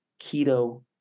keto